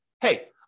hey